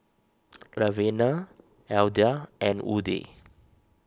Lavenia Alda and Woody